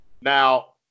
Now